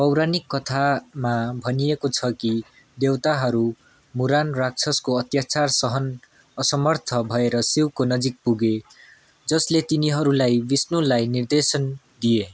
पौराणिक कथामा भनिएको छ कि देवताहरू मुरान राक्षसको अत्याचार सहन असमर्थ भएर शिवको नजिक पुगे जसले तिनीहरूलाई विष्णुलाई निर्देशन दिए